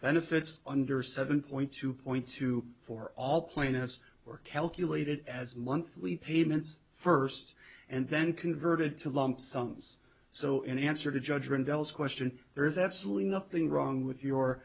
benefits under seven point two point two for all plaintiffs were calculated as monthly payments first and then converted to lump sums so in answer to judgement bells question there is absolutely nothing wrong with